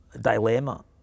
dilemma